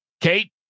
Kate